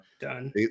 Done